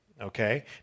Okay